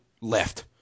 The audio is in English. left